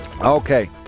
Okay